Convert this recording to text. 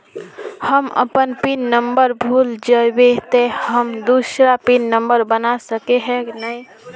हम अपन pin number भूल जयबे ते हम दूसरा पिन नंबर बना सके है नय?